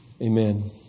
amen